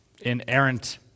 inerrant